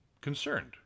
concerned